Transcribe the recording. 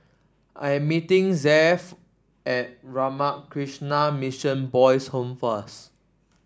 I am meeting Zaire at Ramakrishna Mission Boys' Home first